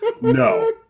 No